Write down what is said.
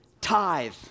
tithe